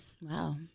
Wow